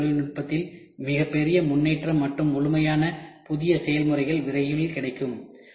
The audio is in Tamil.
இந்த புதிய தொழில்நுட்பத்தில் மிகப்பெரிய முன்னேற்றம் மற்றும் முழுமையான புதிய செயல்முறைகள் விரைவில் கிடைக்கும்